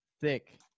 thick